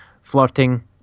flirting